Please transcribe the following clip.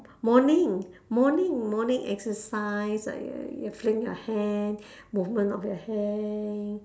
morning morning morning exercise like you fling your hand movement of your hand